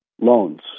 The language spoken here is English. loans